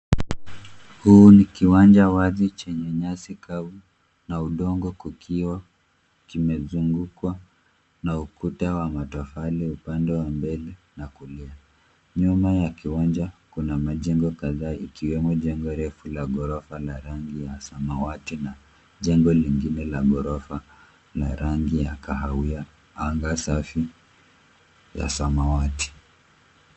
Huu ni kiwanja wazi chenye nyasi kavu na udongo kukiwa kimezungukwa na ukuta wa matofali upande wa mbele na kulia. Nyuma ya kiwanja kuna majengo kadhaa ikiwemo jengo refu la ghorofa la rangi ya samawati na jengo lingine la ghorofa la rangi ya kahawia. Anga safi ya samawati.